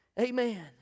Amen